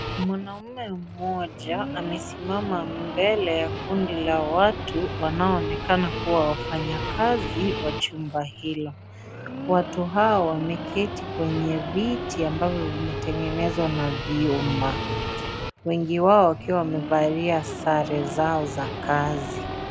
Mwanaume mmoja amesimama mbele ya kundi la watu wanaonekana kuwa wafanyikazi wa chumba hilo watu hawa wameketi kwenye viti ambavyo vimetengenezwa na vyuma, wengi wao wakiwa wamevalia sare zao za kazi.